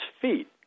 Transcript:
feet